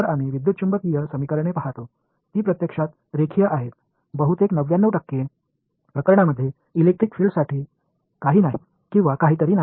तर आम्ही विद्युतचुंबकीय समीकरणे पहातो ती प्रत्यक्षात रेखीय आहेत बहुतेक 99 टक्के प्रकरणांमध्ये इलेक्ट्रिक फील्डसाठी काही नाही किंवा काहीतरी नाही